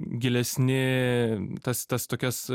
gilesni tas tas tokias